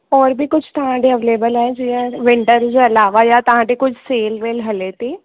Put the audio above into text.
और बि कुझु तव्हां ॾिए अवेलेबल आहे जीअं विंटर जे अलावा या तव्हां ॾिए कुझु सेल वेल हले थी